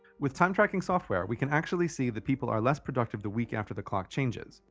with time-tracking software we can actually see that people are less productive the week after the clock changes.